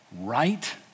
Right